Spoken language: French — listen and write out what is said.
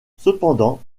cependant